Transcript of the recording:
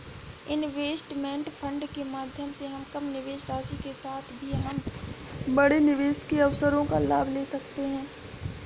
investment fund के माध्यम से हम कम निवेश राशि के साथ भी हम बड़े निवेश के अवसरों का लाभ ले सकते हैं